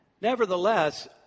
Nevertheless